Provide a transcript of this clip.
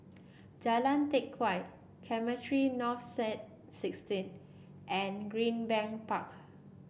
Jalan Teck Whye Cemetry North Saint sixteen and Greenbank Park